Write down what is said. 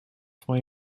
for